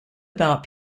about